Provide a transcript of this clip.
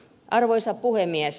arvoisa puhemies